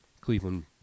Cleveland